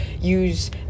use